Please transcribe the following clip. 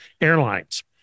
Airlines